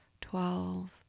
twelve